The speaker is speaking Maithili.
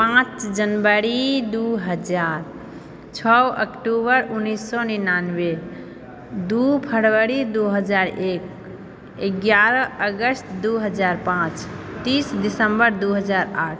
पाँच जनवरी दू हजार छओ अक्टूबर उनैस सओ निन्यानवे दू फरवरी दू हजार एक एगारह अगस्त दू हजार पाँच तीस दिसम्बर दू हजार आठ